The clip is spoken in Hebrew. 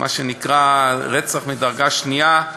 מה שנקרא רצח מדרגה שנייה,